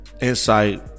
Insight